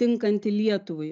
tinkantį lietuvai